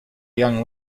young